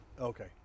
Okay